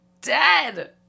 dead